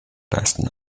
leisten